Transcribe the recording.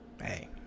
hey